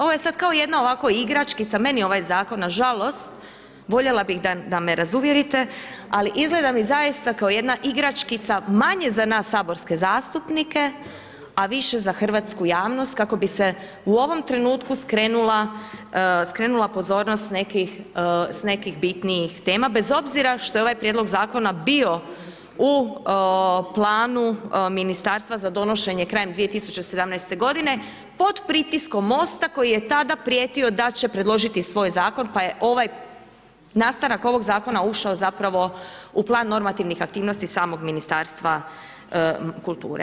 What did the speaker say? Ovo je sada kao jedna ovako igračkica, meni ovaj zakon, nažalost, voljela bi da me razuvjerite, ali izgleda mi zaista kao jedna igračkica, manje za nas saborske zastupnike, a više za hrvatsku javnost, kako bi se u ovom trenutku skrenula pozornost s nekih bitnijih tema, bez obzira, što ovaj prijedlog zakona bio u planu, Ministarstva za donošenjem krajem 2017.g. pod pritiskom Mosta, koji je tada prijetio da će predložiti svoj zakon, pa je ovaj nastanak ovog zakona ušao zapravo u plan normativnih aktivnosti samog Ministarstva kulture.